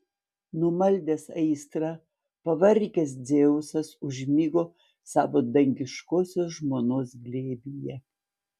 numaldęs aistrą pavargęs dzeusas užmigo savo dangiškosios žmonos glėbyje